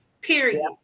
period